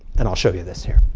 and i'll show you this here.